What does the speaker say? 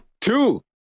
Two